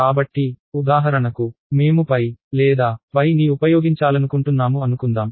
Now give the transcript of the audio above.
కాబట్టి ఉదాహరణకు మేము లేదా ని ఉపయోగించాలనుకుంటున్నాము అనుకుందాం